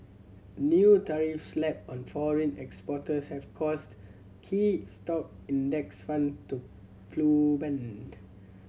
new tariffs slapped on foreign exporters have caused key stock index fund to